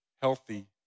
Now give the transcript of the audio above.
healthy